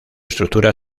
estructura